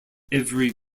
every